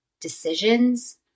decisions